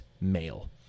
male